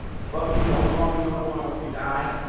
fuck you, don't call me no more, i hope you die.